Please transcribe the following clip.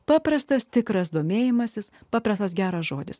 paprastas tikras domėjimasis paprastas geras žodis